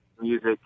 music